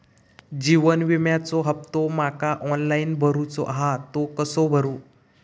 जीवन विम्याचो हफ्तो माका ऑनलाइन भरूचो हा तो कसो भरू?